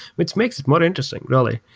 which makes it more interesting, really.